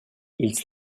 ils